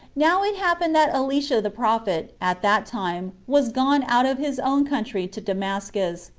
now it happened that elisha the prophet, at that time, was gone out of his own country to damascus,